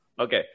Okay